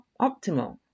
optimal